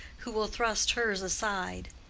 who will thrust hers aside.